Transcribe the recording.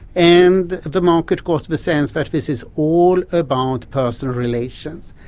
and the market got the the sense that this is all about personal relations,